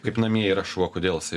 kaip namie yra šuo kodėl jisai